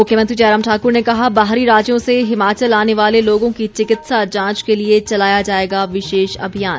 मुख्यमंत्री जयराम ठाकुर ने कहा बाहरी राज्यों से हिमाचल आने वाले लोगों की चिकित्सा जांच के लिए चलाया जाएगा विशेष अभियान